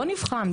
בוא נבחן,